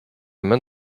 main